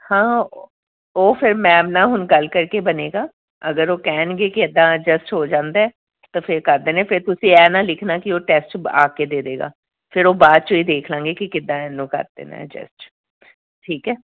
ਹਾਂ ਉਹ ਫਿਰ ਮੈਮ ਨਾ ਹੁਣ ਗੱਲ ਕਰਕੇ ਬਣੇਗਾ ਅਗਰ ਉਹ ਕਹਿਣਗੇ ਕਿ ਇੱਦਾਂ ਐਜਸਟ ਹੋ ਜਾਂਦਾ ਤਾਂ ਫਿਰ ਕਰਦੇ ਨੇ ਫਿਰ ਤੁਸੀਂ ਇਹ ਨਾ ਲਿਖਣਾ ਕਿ ਉਹ ਟੈਸਟ ਬ ਆ ਕੇ ਦੇ ਦੇਗਾ ਫਿਰ ਉਹ ਬਾਅਦ 'ਚ ਇਹ ਦੇਖ ਲਾਂਗੇ ਕਿ ਕਿੱਦਾਂ ਇਹਨੂੰ ਕਰ ਦੇਣਾ ਐਜਸਟ ਠੀਕ ਹੈ